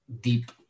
deep